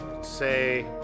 say